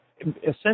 Essentially